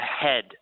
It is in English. ahead